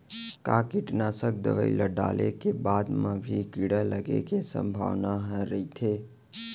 का कीटनाशक दवई ल डाले के बाद म भी कीड़ा लगे के संभावना ह रइथे?